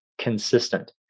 consistent